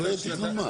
זה תכנון מס.